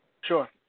Sure